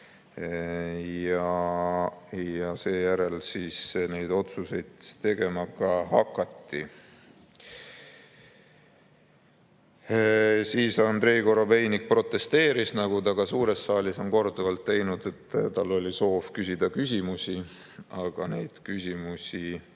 Seejärel neid otsuseid tegema hakatigi. Andrei Korobeinik protesteeris, nagu ta ka suures saalis on korduvalt teinud, et tal oli soov küsida küsimusi, aga neid küsimusi